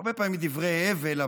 הרבה פעמים הם דברי הבל,